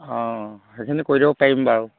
অঁ সেইখিনি কৰি দিব পাৰিম বাৰু